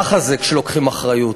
ככה זה כשלוקחים אחריות.